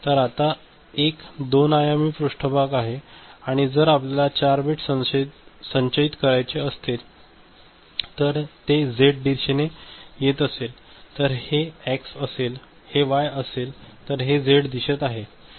तर आता हे एक 2 आयामी पृष्ठभाग आहे आणि जर आपल्याला 4 बिट संचयित करायचे असेल तर ते झेड दिशेने येत असेल जर हे एक्स असेल आणि हे वाय असेल तर ते झेड दिशेत आहे